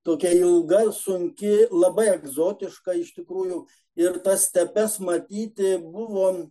to kia ilga sunki labai egzotiška iš tikrųjų ir tas stepes matyti buvo